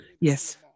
Yes